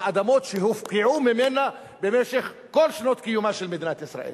באדמות שהופקעו ממנה במשך כל שנות קיומה של מדינת ישראל.